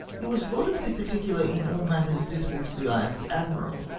he was laudably particular in all matters visible to the eye of the admkal,